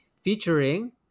featuring